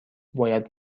باید